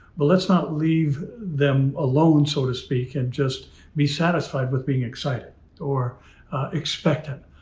but let's not leave them alone, so to speak, and just be satisfied with being excited or expected.